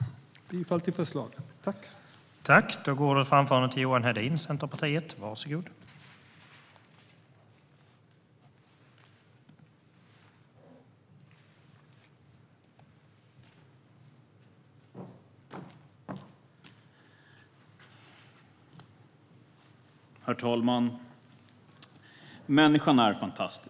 Jag yrkar bifall till utskottets förslag.